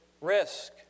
risk